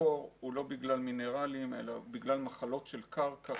במקור הוא לא בגלל מינרלים אלא בגלל מחלות של קרקע.